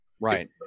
Right